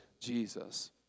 Jesus